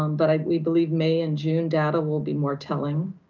um but ah we believe may and june data will be more telling.